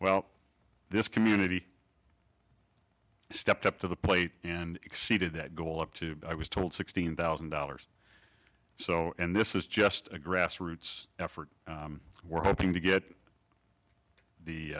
well this community stepped up to the plate and exceeded that goal up to i was told sixteen thousand dollars or so and this is just a grassroots effort we're hoping to get